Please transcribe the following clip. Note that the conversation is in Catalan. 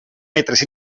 metres